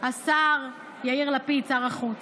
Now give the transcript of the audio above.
השר יאיר לפיד, שר החוץ.